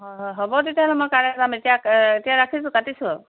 হয় হয় হ'ব তেতিয়াহ'লে মই কাইলৈ যাম এতিয়া এতিয়া ৰাখিছোঁ কাটিছোঁ আৰু